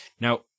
Now